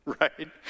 right